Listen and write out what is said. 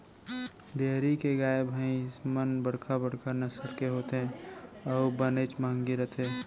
dairy के गाय भईंस मन बड़का बड़का नसल के होथे अउ बनेच महंगी रथें